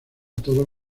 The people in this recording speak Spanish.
todos